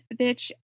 bitch